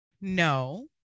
no